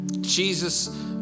Jesus